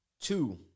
Two